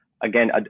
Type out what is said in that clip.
Again